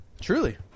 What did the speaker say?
Truly